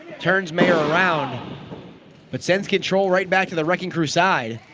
turns mayer around but send control right back to the wrecking crew side